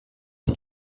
die